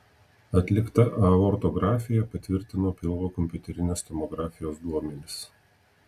atlikta aortografija patvirtino pilvo kompiuterinės tomografijos duomenis